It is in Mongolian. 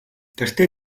тэртээ